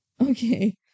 Okay